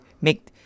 make